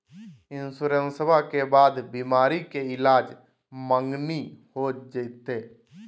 इंसोरेंसबा के बाद बीमारी के ईलाज मांगनी हो जयते?